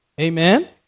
Amen